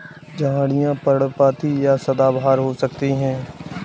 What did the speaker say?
झाड़ियाँ पर्णपाती या सदाबहार हो सकती हैं